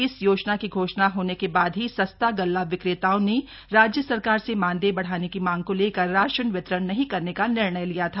इस योजना की घोषणा होने के बाद ही सस्ता गल्ला विक्रेताओं ने राज्य सरकार से मानदेय बढ़ाने की मांग को लेकर राशन वितरण नहीं करने का निर्णय लिया था